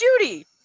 Judy